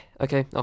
Okay